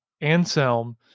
Anselm